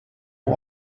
who